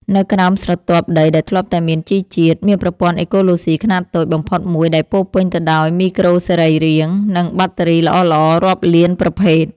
នៅក្រោមស្រទាប់ដីដែលធ្លាប់តែមានជីជាតិ មានប្រព័ន្ធអេកូឡូស៊ីខ្នាតតូចបំផុតមួយដែលពោរពេញទៅដោយមីក្រូសរីរាង្គ និងបាក់តេរីល្អៗរាប់លានប្រភេទ។